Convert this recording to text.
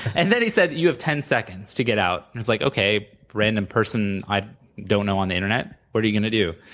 and then, he said, you have ten seconds to get out. it's like okay, random person i don't know on the internet, what are you gonna do?